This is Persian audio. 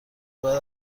باید